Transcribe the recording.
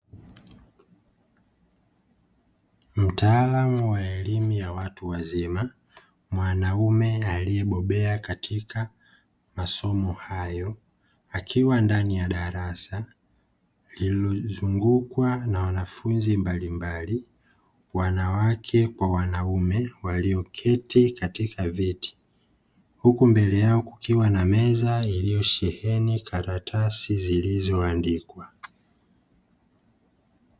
Mtaalamu wa elimu ya watu wazima (mwanaume) aliyebobea katika masomo hayo, akiwa ndani ya darasa lililozungukwa na wanafunzi mbalimbali (wanawake kwa wanaume) wailoketi katika viti huku mbele yao kukiwa na meza iliyosheheni karatasi zilizoandikwa.